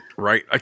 Right